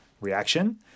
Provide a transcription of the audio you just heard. reaction